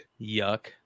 Yuck